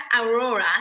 Aurora